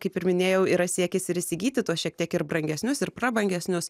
kaip ir minėjau yra siekis ir įsigyti tuos šiek tiek ir brangesnius ir prabangesnius